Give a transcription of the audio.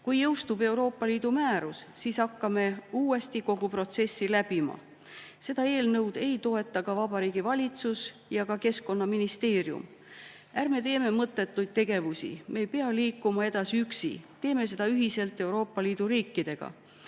Kui jõustub Euroopa Liidu määrus, siis hakkame uuesti kogu protsessi läbima. Seda eelnõu ei toeta ka Vabariigi Valitsus ega Keskkonnaministeerium. Ärme teeme mõttetuid tegevusi, me ei pea liikuma edasi üksi, teeme seda ühiselt Euroopa Liidu riikidega.